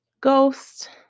Ghost